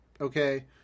Okay